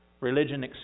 Religion